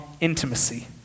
intimacy